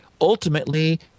ultimately